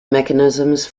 mechanisms